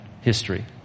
history